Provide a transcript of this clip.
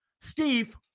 Steve